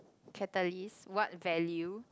catalyst what value